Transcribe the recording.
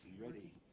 ready